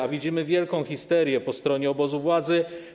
A widzimy wielką histerię po stronie obozu władzy.